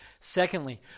Secondly